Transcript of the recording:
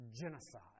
genocide